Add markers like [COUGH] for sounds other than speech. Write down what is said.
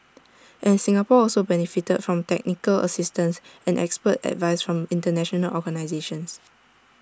[NOISE] and Singapore also benefited from technical assistance and expert advice from International organisations